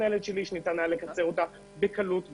ניתן לקצר אותה בקלות בשנה,